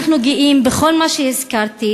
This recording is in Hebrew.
אנחנו גאים בכל מה שהזכרתי.